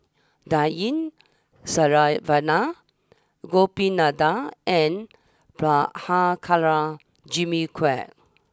Dan Ying Saravanan Gopinathan and Prabhakara Jimmy Quek